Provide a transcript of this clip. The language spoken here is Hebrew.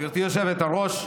גברתי היושבת-ראש,